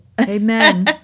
Amen